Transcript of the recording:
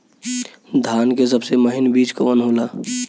धान के सबसे महीन बिज कवन होला?